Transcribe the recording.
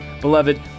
Beloved